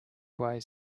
ways